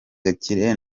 gakire